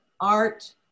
art